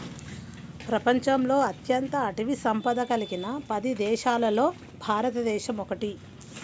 ప్రపంచంలో అత్యంత అటవీ సంపద కలిగిన పది దేశాలలో భారతదేశం ఒకటి